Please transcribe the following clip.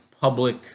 public